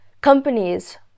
companies